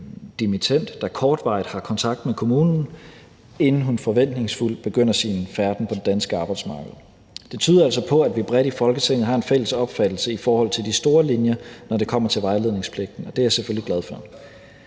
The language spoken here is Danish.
der kortvarigt har kontakt med kommunen, inden hun forventningsfuld begynder sin færden på det danske arbejdsmarked. Det tyder altså på, at vi bredt i Folketinget har en fælles opfattelse af de store linjer, når det kommer til vejledningspligten. Det er jeg selvfølgelig glad for.